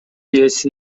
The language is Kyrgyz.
ээси